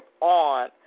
on